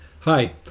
Hi